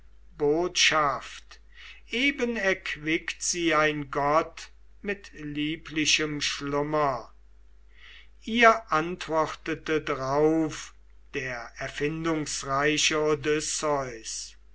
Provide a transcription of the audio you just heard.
botschaft eben erquickt sie ein gott mit lieblichem schlummer ihr antwortete drauf der erfindungsreiche